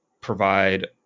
provide